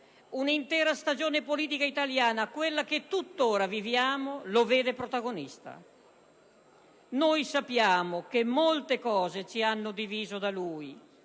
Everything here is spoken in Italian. Un'intera stagione politica italiana, quella che tuttora viviamo, lo vede protagonista. Noi sappiamo che molte cose ci hanno diviso da lui,